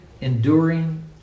enduring